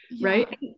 right